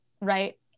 right